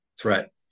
threat